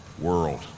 world